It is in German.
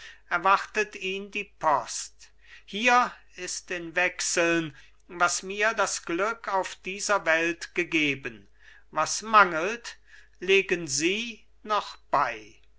erwartet ihn die post hier ist in wechseln was mir das glück auf dieser welt gegeben was mangelt legen sie noch bei